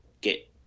get